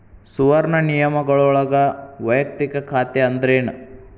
ಸುವರ್ಣ ನಿಯಮಗಳೊಳಗ ವಯಕ್ತಿಕ ಖಾತೆ ಅಂದ್ರೇನ